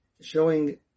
Showing